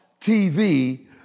tv